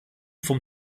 vom